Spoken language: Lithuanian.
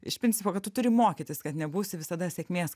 iš principo kad tu turi mokytis kad nebūsi visada sėkmės